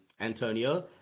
Antonio